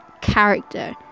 character